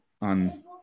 on